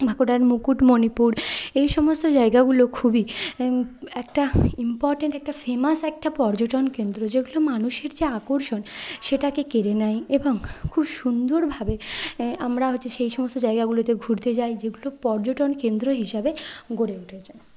বাঁকুড়ার মুকুটমনিপুর এই সমস্ত জায়গাগুলো খুবই একটা ইম্পর্টেন্ট একটা ফেমাস একটা পর্যটন কেন্দ্র যেগুলি মানুষের যে আকর্ষণ সেটাকে কেড়ে নেয় এবং খুব সুন্দরভাবে আমরা হচ্ছে সেই সমস্ত জায়গাগুলোতে ঘুরতে যাই যেগুলো পর্যটন কেন্দ্র হিসাবে গড়ে উঠেছে